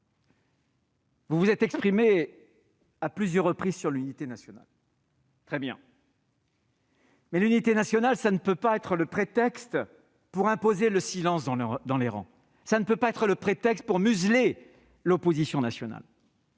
Vous vous êtes exprimé à plusieurs reprises sur l'unité nationale. Très bien ! Mais l'unité nationale ne peut être un prétexte pour imposer le silence dans les rangs, pour museler l'opposition nationale.